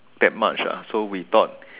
that much ah so we thought